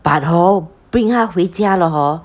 but hor bring 他回家了 hor